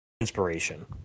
inspiration